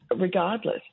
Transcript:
regardless